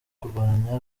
kurwanya